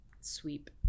sweep